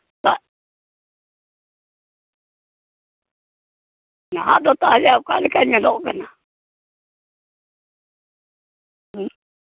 ᱱᱟᱦᱟᱜ ᱫᱚ ᱛᱟᱦᱞᱮ ᱚᱠᱟᱞᱮᱠᱟ ᱧᱮᱞᱚᱜ ᱠᱟᱱᱟ ᱦᱩᱸ